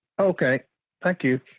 okay thank you.